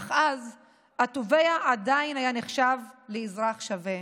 אך אז התובע עדיין היה נחשב לאזרח שווה.